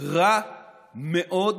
רע מאוד,